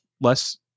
less